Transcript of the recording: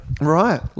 Right